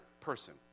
person